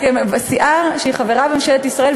מסיעה שהיא חברה בממשלת ישראל,